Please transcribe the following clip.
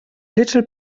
little